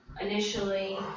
Initially